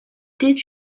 did